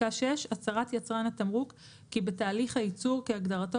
הצהרת יצרן התמרוק כי בתהליך הייצור כהגדרתו